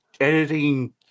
editing